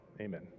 amen